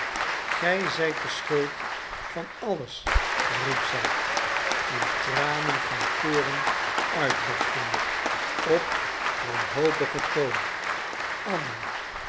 gij zijt de schuld van alles riep zij in tranen van toorn uitbarstende op wanhopigen toon anna